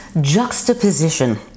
Juxtaposition